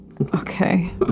Okay